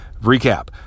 recap